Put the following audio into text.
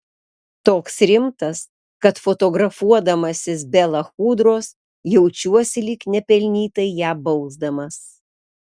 toks rimtas kad fotografuodamasis be lachudros jaučiuosi lyg nepelnytai ją bausdamas